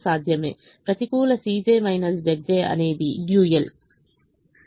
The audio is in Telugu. ప్రతికూల అనేది డ్యూయల్